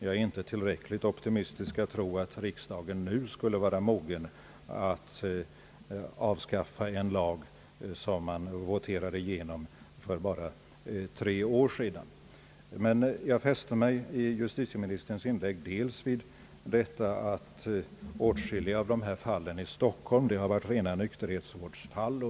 Jag är inte tillräckligt optimistik för att tro att riksdagen nu skulle vara mogen att avskaffa en lag som voterades igenom för bara tre år sedan. Jag fäste mig vid att justitieministern i sitt inlägg nämnde att åtskilliga av dessa fall i Stockholm var rena nykterhetsvårdfall.